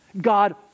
God